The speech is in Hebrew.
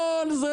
כל זה